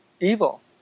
evil